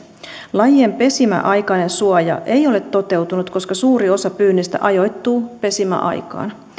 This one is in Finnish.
lajien pesimäaikainen suoja ei ole toteutunut koska suuri osa pyynnistä ajoittuu pesimäaikaan